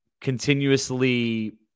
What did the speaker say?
continuously